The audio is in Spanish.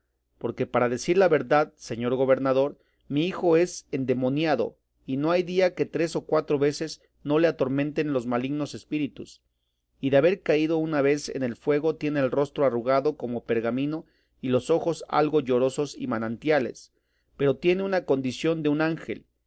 porque para decir la verdad señor gobernador mi hijo es endemoniado y no hay día que tres o cuatro veces no le atormenten los malignos espíritus y de haber caído una vez en el fuego tiene el rostro arrugado como pergamino y los ojos algo llorosos y manantiales pero tiene una condición de un ángel